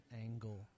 angle